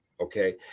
Okay